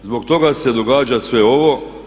Zbog toga se događa sve ovo.